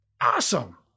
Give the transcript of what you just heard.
Awesome